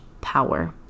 power